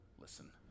listen